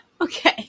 Okay